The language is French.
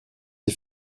des